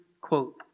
quote